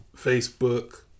Facebook